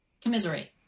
commiserate